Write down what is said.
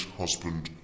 husband